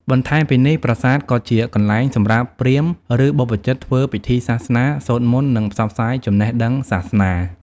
បន្ថែមពីនេះ ប្រាសាទក៏ជាកន្លែងសម្រាប់ព្រាហ្មណ៍ ឬបព្វជិតធ្វើពិធីសាសនា សូត្រមន្ត និងផ្សព្វផ្សាយចំណេះដឹងសាសនា។